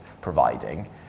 providing